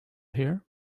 here